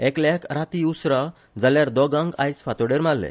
एकल्याक रातीं उसरां जाल्यार दोगांक आयज फातोड्डेर मारले